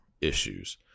issues